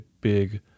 big